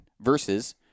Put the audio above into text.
versus